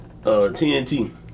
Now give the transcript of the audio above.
TNT